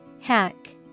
Hack